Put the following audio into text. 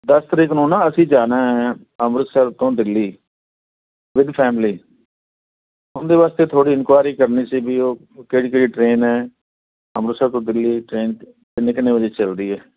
ਦਸ ਤਾਰੀਖ ਨੂੰ ਨਾ ਅਸੀਂ ਜਾਣਾ ਅੰਮ੍ਰਿਤਸਰ ਤੋਂ ਦਿੱਲੀ ਵਿਦ ਫੈਮਲੀ ਉਹਦੇ ਵਾਸਤੇ ਥੋੜ੍ਹੀ ਇਨਕੁਆਇਰੀ ਕਰਨੀ ਸੀ ਵੀ ਉਹ ਕਿਹੜੀ ਕਿਹੜੀ ਟ੍ਰੇਨ ਹੈ ਅੰਮ੍ਰਿਤਸਰ ਤੋਂ ਦਿੱਲੀ ਟ੍ਰੇਨ ਕਿੰਨੇ ਕਿੰਨੇ ਵਜੇ ਚੱਲਦੀ ਹੈ